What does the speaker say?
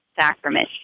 Sacrament